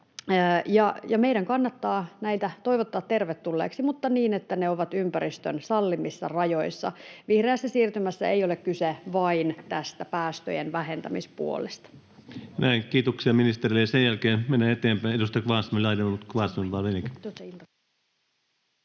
meidän kannattaa näitä toivottaa tervetulleeksi, mutta niin, että ne ovat ympäristön sallimissa rajoissa. Vihreässä siirtymässä ei ole kyse vain tästä päästöjenvähentämispuolesta. [Speech 28] Speaker: Ensimmäinen